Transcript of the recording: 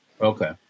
Okay